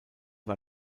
war